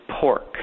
pork